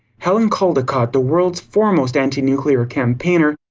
helen caldicott, the world's foremost anti-nuclear campaigner,